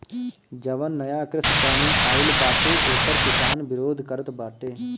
जवन नया कृषि कानून आइल बाटे ओकर किसान विरोध करत बाटे